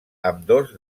ambdós